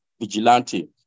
vigilante